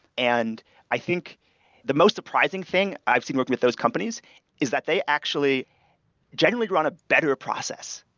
and i think the most surprising thing i've seen with those companies is that they actually generally run a better process,